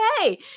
okay